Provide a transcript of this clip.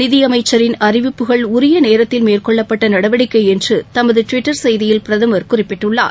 நிதி அமைச்சரின் அறிவிப்புகள் உரிய நேரத்தில் மேற்கொள்ளப்பட்ட நடவடிக்கை என்று தமது டுவிட்டர் செய்தியில் பிரதமர் குறிப்பிட்டுள்ளார்